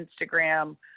Instagram